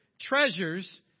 treasures